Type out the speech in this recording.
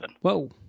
Whoa